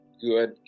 good